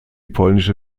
polnische